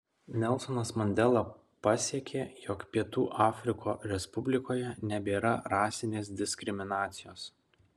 nelsonas mandela pasiekė jog pietų afriko respublikoje nebėra rasinės diskriminacijos